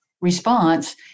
response